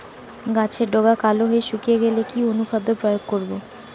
গাছের ডগা কালো হয়ে শুকিয়ে গেলে কি অনুখাদ্য প্রয়োগ করব?